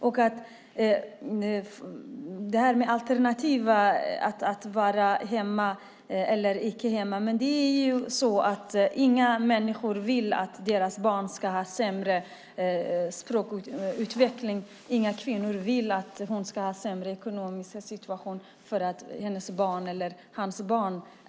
Sedan gäller det alternativen, att vara hemma eller icke vara hemma. Men inga människor vill att deras barn ska ha sämre språkutveckling. Inga kvinnor vill att de ska ha en sämre ekonomisk situation för att deras barn är hemma.